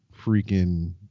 freaking